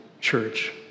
church